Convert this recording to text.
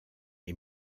est